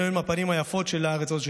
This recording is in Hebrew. אלו הן הפנים היפות של הארץ הזאת,